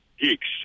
geeks